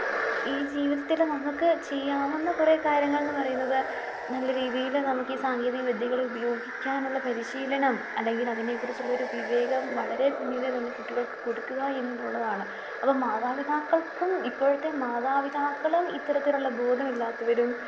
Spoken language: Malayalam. ഈ ജീവിതത്തിൽ നമുക്ക് ചെയ്യാവുന്ന കുറേ കാര്യങ്ങൾ എന്നു പറയുന്നത് നല്ല രീതിയിൽ നമുക്ക് ഈ സാങ്കേതിക വിദ്യകളെ ഉപയോഗിക്കാനുള്ള പരിശീലനം അല്ലെങ്കിൽ അതിനെക്കുറിച്ചുള്ളൊരു വിവേകം വളരെ കുഞ്ഞിലെ തന്നെ കുട്ടികൾക്ക് കൊടുക്കുക എന്നതുള്ളതാണ് അപ്പം മാതാപിതാക്കൾക്കും ഇപ്പോഴത്തെ മാതാപിതാക്കളും ഇത്തരത്തിലുള്ള ബോധമില്ലാത്തവരും